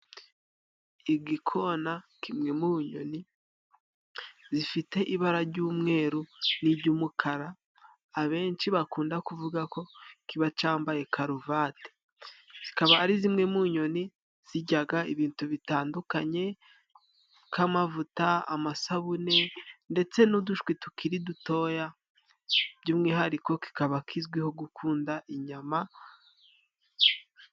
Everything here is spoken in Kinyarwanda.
Igikona kimwe mu nyoni zifite ibara jy'umweru n'ijy'umukara abenshi bakunda kuvuga ko kiba cyambaye karuvati. Zikaba ari zimwe mu nyoni zijyaga ibintu bitandukanye nk'amavuta, amasabune ndetse n'udushwi tukiri dutoya, by'umwihariko kikaba kizwiho gukunda inyama.